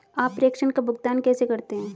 आप प्रेषण का भुगतान कैसे करते हैं?